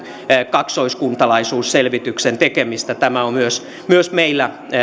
kaksoiskuntalaisuusselvityksen tekemistä tämä on myös myös meillä